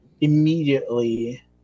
immediately